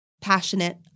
passionate